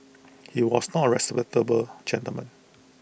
he was not A respectable gentleman